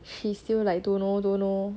she's still like don't know don't know